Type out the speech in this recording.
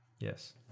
Yes